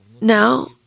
now